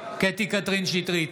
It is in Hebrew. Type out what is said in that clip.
בעד קטי קטרין שטרית,